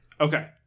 Okay